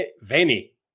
veni